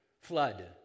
flood